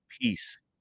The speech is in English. peace